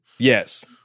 Yes